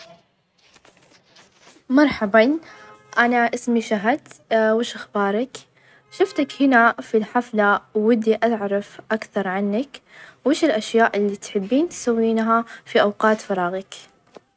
مرحبًا أنا اسمي شهد وايش اخبارك؟ شفتك هنا في الحفلة، وودي أعرف أكثر عنك ،وايش الأشياء اللي تحبين تسوينها في أوقات فراغك؟